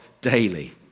daily